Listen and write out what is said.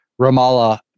Ramallah